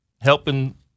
helping